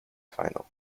final